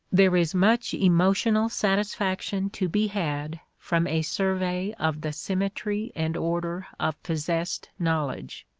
there is much emotional satisfaction to be had from a survey of the symmetry and order of possessed knowledge,